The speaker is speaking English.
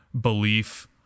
belief